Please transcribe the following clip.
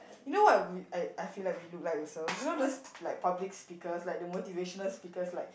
you know what we I I feel like we look like also you know those like public speakers like the motivational speakers like